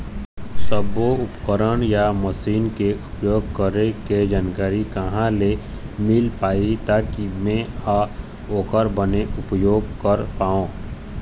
सब्बो उपकरण या मशीन के उपयोग करें के जानकारी कहा ले मील पाही ताकि मे हा ओकर बने उपयोग कर पाओ?